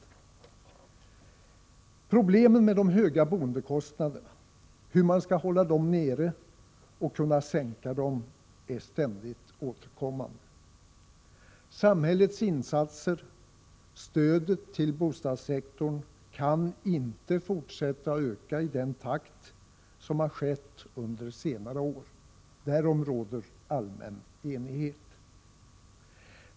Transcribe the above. Problemen med de höga boendekostnaderna, hur man skall hålla dem nere och kunna sänka dem, är ständigt återkommande. Samhällets insatser, stödet till bostadssektorn, kan inte fortsätta att öka i samma takt som under senare år. Därom råder allmän enighet.